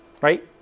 right